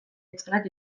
itzalak